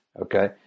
okay